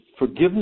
Forgiveness